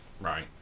Right